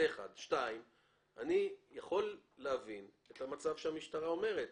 אני יכול להבין את המצב שהמשטרה אומרת.